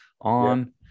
on